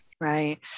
Right